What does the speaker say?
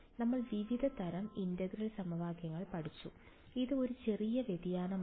നമ്മൾ വിവിധ തരം ഇന്റഗ്രൽ സമവാക്യങ്ങൾ പഠിച്ചു ഇത് ഒരു ചെറിയ വ്യതിയാനമാണ്